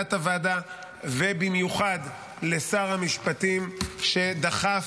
להנהלת הוועדה ובמיוחד לשר המשפטים שדחף